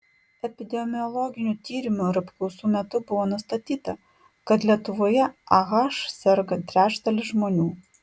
epidemiologinių tyrimų ir apklausų metu buvo nustatyta kad lietuvoje ah serga trečdalis žmonių